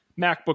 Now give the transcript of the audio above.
MacBook